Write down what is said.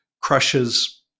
crushes